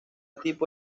tipo